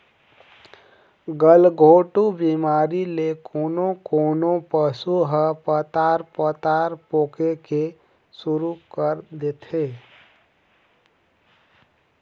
गलघोंटू बेमारी ले कोनों कोनों पसु ह पतार पतार पोके के सुरु कर देथे